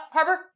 Harper